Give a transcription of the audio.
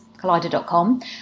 Collider.com